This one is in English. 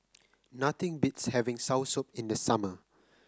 nothing beats having soursop in the summer